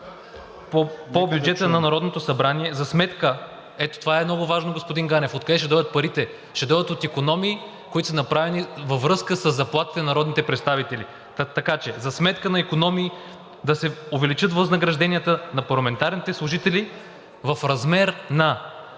по бюджета на Народното събрание за сметка…“ – ето това е много важно, господин Ганев, откъде ще дойдат парите? Ще дойдат от икономии, които са направени във връзка със заплатите на народните представители, така че „…за сметка на икономии да се увеличат възнагражденията на парламентарните служители в размер на